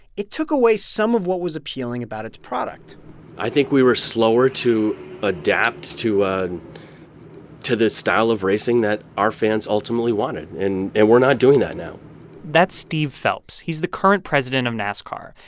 it took away some of what was appealing about its product i think we were slower to adapt to ah to this style of racing that our fans ultimately wanted, and we're not doing that now that's steve phelps. he's the current president of nascar.